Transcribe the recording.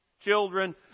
children